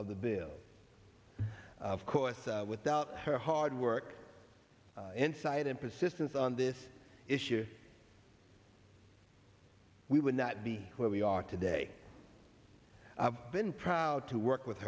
of the bill of course without her hard work inside and persistence on this issue we would not be where we are today i've been proud to work with